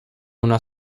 una